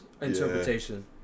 interpretation